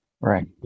Right